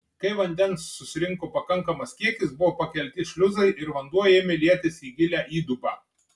kai vandens susirinko pakankamas kiekis buvo pakelti šliuzai ir vanduo ėmė lietis į gilią įdubą